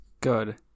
Good